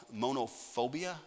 monophobia